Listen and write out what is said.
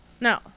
No